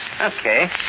Okay